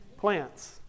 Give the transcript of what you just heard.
plants